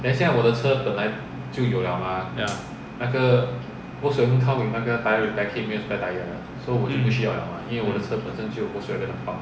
ya mm mm